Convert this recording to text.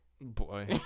Boy